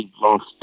lost